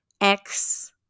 X-